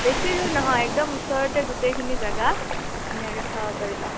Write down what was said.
বেছি দূৰ নহয় একদম ওচৰতে গোটেইখিনি জেগা ধুনীয়াকে চাব পাৰিবা